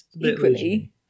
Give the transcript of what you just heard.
equally